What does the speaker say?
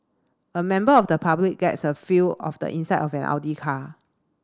a member of the public gets a feel of the inside of an Audi car